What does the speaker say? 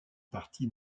parti